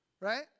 right